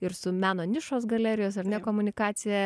ir su meno nišos galerijos ar ne komunikacija